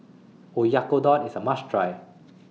Oyakodon IS A must Try